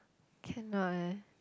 cannot eh